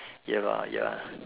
ya lah ya